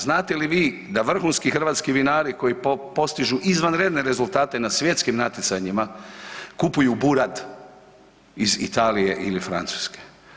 Znate li da vrhunski hrvatski vinari koji postižu izvanredne rezultate na svjetskim natjecanjima kupuju burad iz Italije ili Francuske?